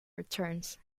returns